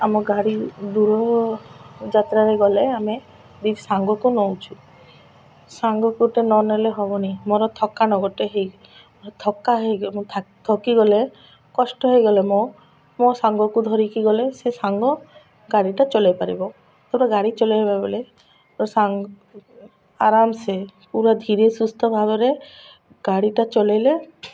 ଆମ ଗାଡ଼ି ଦୂରର ଯାତ୍ରାରେ ଗଲେ ଆମେ ଦୁଇ ସାଙ୍ଗକୁ ନଉଛୁ ସାଙ୍ଗକୁ ଗୋଟେ ନ ନେଲେ ହବନି ମୋର ଥକାନ ଗୋଟେ ହେଇ ଥକ୍କା ହେଇ ଥା ଥକିଗଲେ କଷ୍ଟ ହେଇଗଲେ ମୋ ମୋ ସାଙ୍ଗକୁ ଧରିକି ଗଲେ ସେ ସାଙ୍ଗ ଗାଡ଼ିଟା ଚଲାଇ ପାରିବ ତୁର ଗାଡ଼ି ଚଲାଇ ହେବା ବଲେ ସାଙ୍ଗ ଆରାମସେ ପୁରା ଧୀରେ ସୁସ୍ଥ ଭାବରେ ଗାଡ଼ିଟା ଚଲାଇଲେ